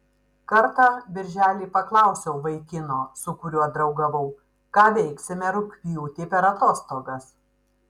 kartą birželį paklausiau vaikino su kuriuo draugavau ką veiksime rugpjūtį per atostogas